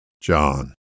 John